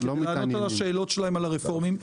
כדי לענות להם על השאלות שלהם על הרפורמים.